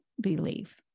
believe